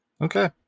Okay